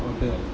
oh okay